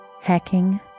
Hacking